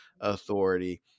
authority